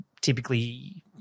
typically